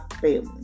family